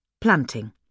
Planting